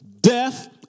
death